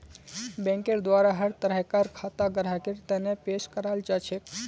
बैंकेर द्वारा हर तरह कार खाता ग्राहकेर तने पेश कराल जाछेक